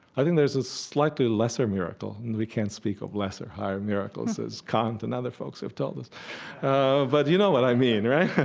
i think there's a slightly lesser miracle and we can't speak of lesser higher miracles as kant and other folks have told us ah but you know what i mean, right?